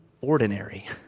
ordinary